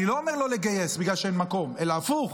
אני לא אומר לא לגייס בגלל שאין מקום, אלא הפוך,